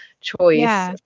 choice